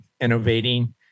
innovating